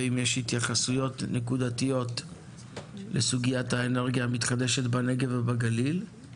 ואם יש התייחסויות נקודתיות לסוגיית האנרגיה המתחדשת בנגב ובגליל;